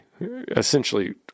essentially